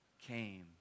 came